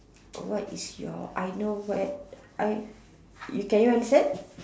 oh what is your I know where you I you can you understand